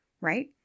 right